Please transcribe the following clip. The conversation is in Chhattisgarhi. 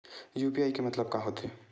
यू.पी.आई के मतलब का होथे?